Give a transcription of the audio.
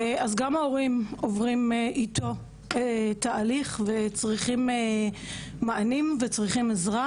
אז גם ההורים עוברים איתו תהליך וצריכים מענים וצריכים עזרה